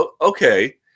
Okay